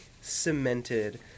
cemented